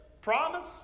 promise